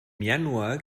januar